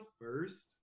first